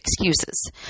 excuses